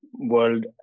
world